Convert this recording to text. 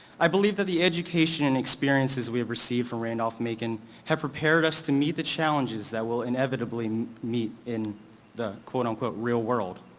i believe that the education and experiences we've received from randolph-macon have prepared us to meet the challenges that we'll inevitably meet in the quote on quote real world.